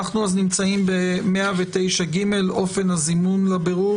אנחנו נמצאים ב-109ג, אופן הזימון לבירור